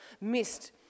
missed